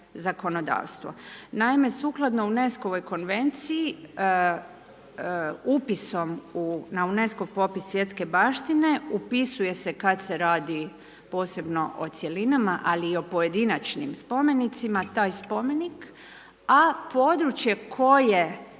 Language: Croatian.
Naime, sukladno UNESCO konvenciji, upisom na UNESCOV popis svjetske baštine, upisuje se kada se radi posebno o cjelinama, ali i o pojedinačnim spomenicima, taj spomenik. A područje koje